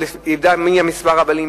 אבל הקונה ידע מה מספר הבעלים,